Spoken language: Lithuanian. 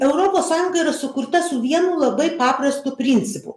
europos sąjunga yra sukurta su vienu labai paprastu principu